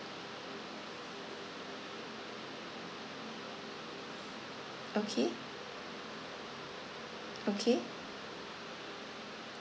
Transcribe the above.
okay okay